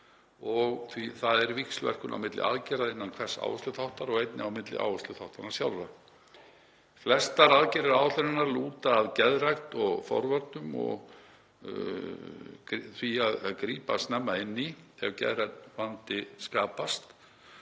því að það er víxlverkun á milli aðgerða innan hvers áhersluþáttar og einnig á milli áhersluþáttanna sjálfra. Flestar aðgerðir áætlunarinnar lúta að geðrækt og forvörnum og því að grípa snemma inn í þegar geðrænn vandi skapast.